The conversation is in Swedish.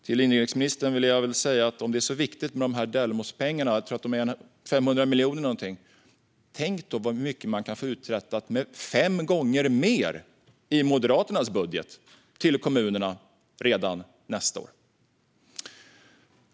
Till inrikesministern vill jag säga: Om det nu är så viktigt med pengar till Delmos - jag tror att det är 500 miljoner, någonting - tänk då hur mycket det går att uträtta med fem gånger mer! Det är vad kommunerna skulle få med Moderaternas budget, redan nästa år.